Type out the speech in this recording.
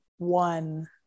one